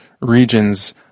regions